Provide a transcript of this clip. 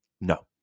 No